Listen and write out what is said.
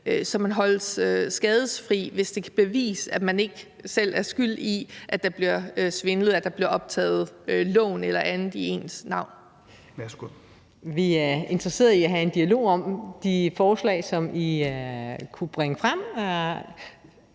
så man holdes skadesfri, hvis det kan bevises, at man ikke selv er skyld i, at der bliver svindlet, ved at der bliver optaget lån eller andet i ens navn? Kl. 16:36 Fjerde næstformand (Rasmus Helveg